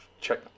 check